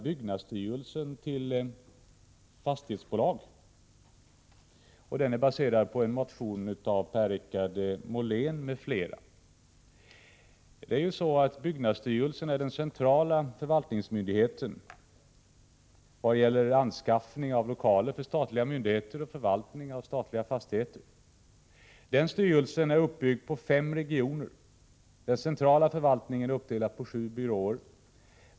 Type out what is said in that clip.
Byggnadsstyrelsen är ju den centrala förvaltningsmyndigheten i vad gäller anskaffning av lokaler för statliga myndigheter och förvaltning av statliga fastigheter. Styrelsen är uppbyggd på fem regioner. Den centrala förvaltningen är uppdelad på sju byråer.